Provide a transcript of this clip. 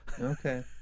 Okay